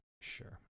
Sure